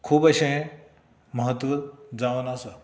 खूब अशें म्हत्व जावन आसा